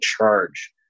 charge